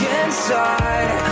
inside